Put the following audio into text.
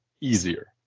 easier